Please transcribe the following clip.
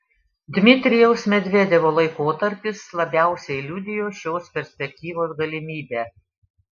dmitrijaus medvedevo laikotarpis labiausiai liudijo šios perspektyvos galimybę